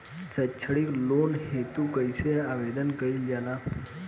सैक्षणिक लोन हेतु कइसे आवेदन कइल जाला?